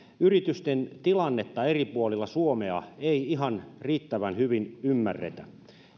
yritysten tilannetta eri puolilla suomea ei ihan riittävän hyvin ymmärretä